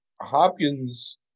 Hopkins